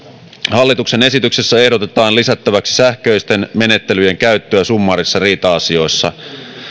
hallituksen esityksessä ehdotetaan lisättäväksi sähköisten menettelyjen käyttöä summaarisissa riita asioissa